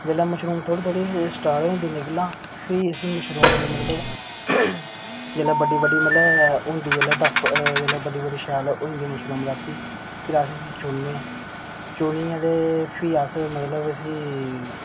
जेल्लै मशरूम जेह्ड़ी थोह्ड़ी थोह्ड़ी स्टार्ट होई जंदी निकलना फ्ही इसी मशरूम गी मतलब जेल्लै बड्डी बड्डी मतलब होंदी तां जेल्लै बड्डी बड्डी मशरूम होई जंदी रातीं फिर अस इसी रातीं चुनने ते चुनियै ते फ्ही अस मतलब इसी